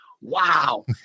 wow